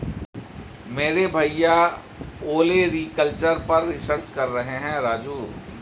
मेरे भैया ओलेरीकल्चर पर रिसर्च कर रहे हैं राजू